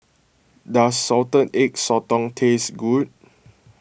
does Salted Egg Sotong taste good